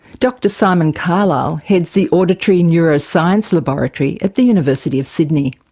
dr simon carlisle heads the auditory neuroscience laboratory at the university of sydney.